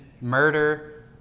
murder